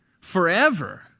forever